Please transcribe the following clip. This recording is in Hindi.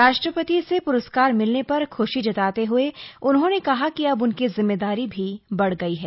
राष्ट्रपति से प्रस्कार मिलने पर ख्शी जताते हुए उन्होंने कहा कि अब उनकी जिम्मेदारी भी बढ़ गई है